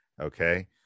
okay